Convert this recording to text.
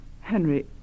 Henry